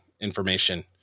information